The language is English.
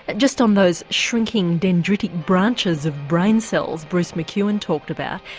just on those shrinking dendritic branches of brain cells bruce mcewen talked about,